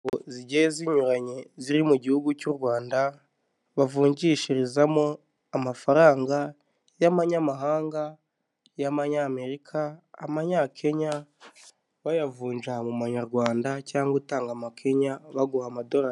Zigiye zinyuranye ziri mu gihugu cy'u Rwanda bavunjishirizamo amafaranga y'abanyamahanga ,y'abanyamerika ,abanyakenya bayavunja mu manyarwanda cyangwa utanga amanyakenya baguha amadorari.